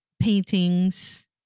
paintings